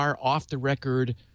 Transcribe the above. off-the-record